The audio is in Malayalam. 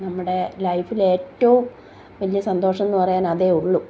നമ്മുടെ ലൈഫിൽ ഏറ്റവും വലിയ സന്തോഷം എന്ന് പറയാൻ അതേ ഉളളൂ